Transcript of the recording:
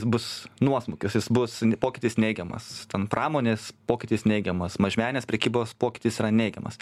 bus nuosmukis jis bus pokytis neigiamas ten pramonės pokytis neigiamas mažmeninės prekybos pokytis yra neigiamas